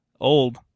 Old